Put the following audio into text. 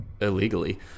illegally